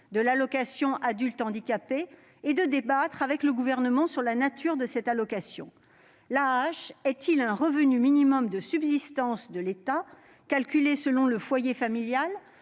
de l'allocation aux adultes handicapés AAH et de débattre avec le Gouvernement de la nature de cette allocation. L'AAH est-elle un revenu minimum de subsistance octroyé par l'État, calculé selon le foyer familial,